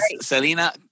Selena